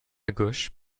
gauche